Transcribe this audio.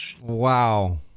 Wow